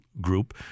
group